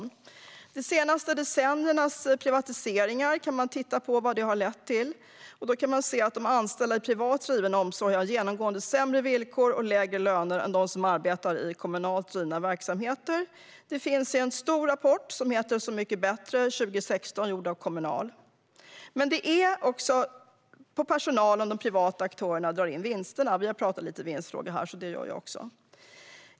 Om man tittar på vad de senaste decenniernas privatiseringar har lett till kan man se att de anställda i privat driven omsorg genomgående har sämre villkor och lägre löner än dem som arbetar i kommunalt drivna verksamheter. Detta står i en stor rapport som heter Så mycket bättre , som kom 2016 och som är gjord av Kommunal. Det är på personalen som de privata aktörerna drar in vinsterna - vi har pratat lite om vinstfrågor här, så jag gör också det.